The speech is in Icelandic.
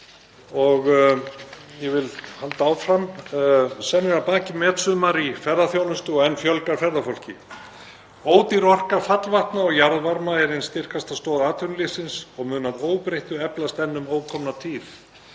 Ég vil halda áfram. Senn er að baki metsumar í ferðaþjónustu og enn fjölgar ferðafólki. Ódýr orka fallvatna og jarðvarma er ein styrkasta stoð atvinnulífsins og mun að óbreyttu eflast enn um ókomna tíð.